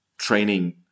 training